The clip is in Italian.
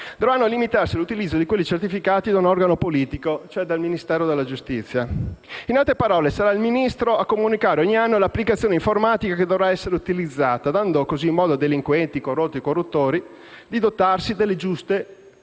Dovranno limitarsi all'utilizzo di quelli certificati da un organo politico, e cioè dal Ministero della giustizia. In altre parole, sarà il Ministro a comunicare ogni anno l'applicazione informatica che dovrà essere utilizzata, dando così modo a delinquenti, corrotti e corruttori di dotarsi delle giuste e corrette